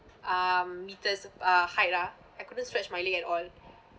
um metres uh height lah I couldn't stretch my leg at all